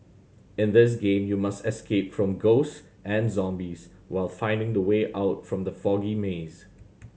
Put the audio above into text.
in this game you must escape from ghosts and zombies while finding the way out from the foggy maze